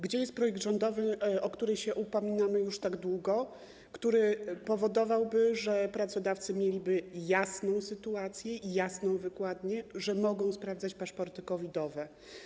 Gdzie jest projekt rządowy, o który upominamy się już tak długo, który powodowałby, że pracodawcy mieliby jasną sytuację i jasną wykładnię, że mogą sprawdzać paszporty COVID-owe?